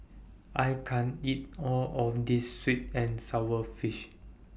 I can't eat All of This Sweet and Sour Fish